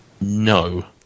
No